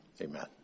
amen